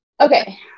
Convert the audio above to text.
Okay